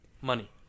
money